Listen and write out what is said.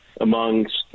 amongst